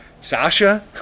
Sasha